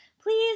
please